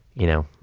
you know,